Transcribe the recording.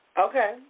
Okay